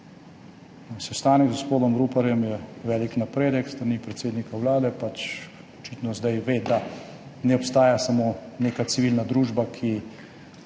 Sestanek z gospodom Ruparjem je velik napredek s strani predsednika Vlade. Očitno zdaj ve, da ne obstaja samo neka civilna družba, ki